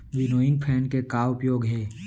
Winnowing fan के का उपयोग हे?